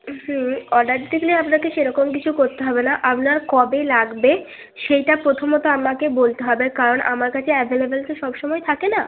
হুম order দিলে আপনাকে সেরকম কিছু করতে হবে না আপনার কবে লাগবে সেইটা প্রথমত আমাকে বলতে হবে কারণ আমার কাছে অ্যাভেলেবেল তো সব সময় থাকে না